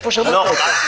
איפה שמעת את זה?